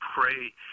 pray